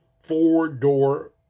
four-door